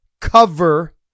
cover